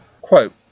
Quote